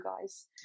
guys